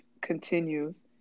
continues